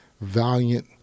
valiant